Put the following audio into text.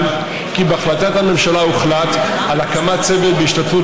מבזה את הכנסת,